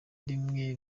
rimwe